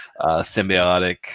symbiotic